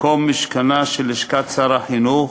מקום משכנה של לשכת שר החינוך,